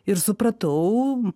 ir supratau